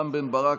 רם בן ברק,